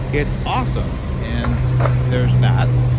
it's awesome. and there's that.